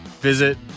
Visit